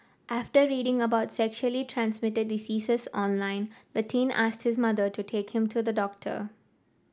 after reading about sexually transmitted diseases online the teen asked his mother to take him to the doctor